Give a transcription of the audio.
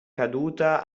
caduta